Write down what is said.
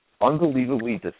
unbelievably